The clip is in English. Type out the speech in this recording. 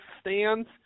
stands